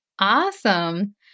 Awesome